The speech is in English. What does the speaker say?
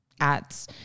ads